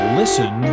listen